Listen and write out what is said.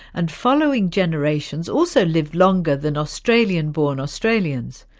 and following generations also lived longer than australian born australians,